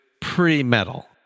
pre-metal